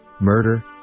murder